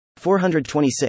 426